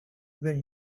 when